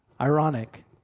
Ironic